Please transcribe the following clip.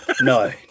No